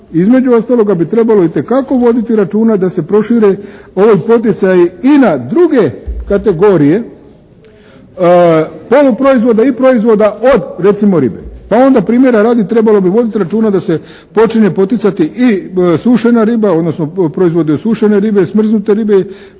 Između ostaloga bi trebalo itekako voditi računa da se prošire ovi poticaji i na druge kategorije poluproizvoda i proizvoda od recimo ribe, pa onda primjera radi trebalo bi voditi računa da se počinje poticati i sušena riba, odnosno proizvodi od sušene ribe, smrznute ribe